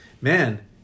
man